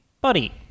buddy